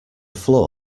floor